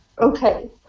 Okay